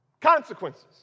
Consequences